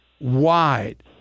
wide